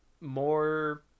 more